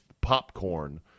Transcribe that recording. popcorn